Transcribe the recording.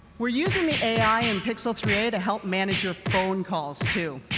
we're using the ai in pixel three a to help manage your phone calls too.